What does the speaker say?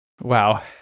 Wow